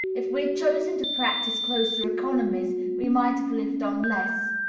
if we had chosen to practise closer economies, we might have lived on less.